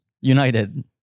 united